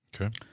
Okay